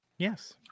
Yes